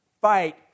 fight